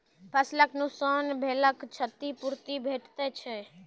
फसलक नुकसान भेलाक क्षतिपूर्ति भेटैत छै?